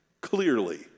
clearly